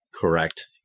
Correct